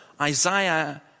Isaiah